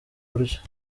buryo